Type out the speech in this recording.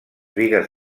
bigues